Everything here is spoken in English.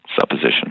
Supposition